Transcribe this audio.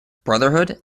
brotherhood